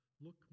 look